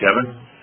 Kevin